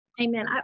Amen